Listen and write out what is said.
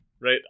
right